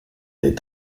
est